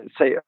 say